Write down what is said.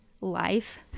life